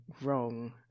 wrong